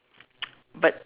but